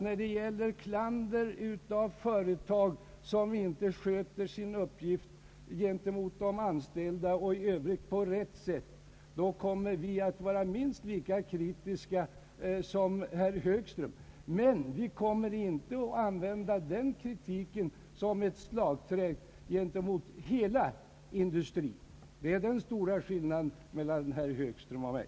När det gäller klander av företag som inte sköter sin uppgift gentemot de anställda på rätt sätt, kan jag försäkra herr Högström att vi är minst lika kritiska som han. Men vi använder inte den kritiken som ett slagträ mot hela industrin. Det är den stora skillnaden mellan herr Högström och mig.